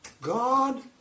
God